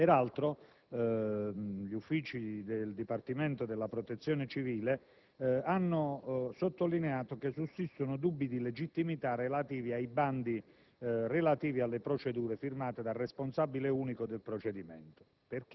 Peraltro, gli uffici del Dipartimento della protezione civile hanno sottolineato che sussistono dubbi di legittimità relativi alle procedure firmate dal responsabile unico del procedimento;